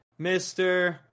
mr